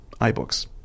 iBooks